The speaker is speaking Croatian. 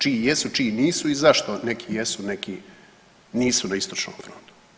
Čiji jesu i čiji nisu i zašto neki jesu neki nisu na istočnom frontu.